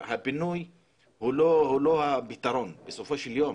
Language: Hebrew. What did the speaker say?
הבינוי הוא לא הפתרון בסופו של דבר.